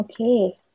okay